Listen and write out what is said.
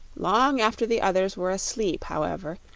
long after the others were asleep, however,